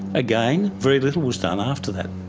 again, very little was done after that.